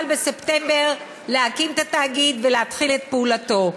בספטמבר להקים את התאגיד ולהתחיל את פעולתו.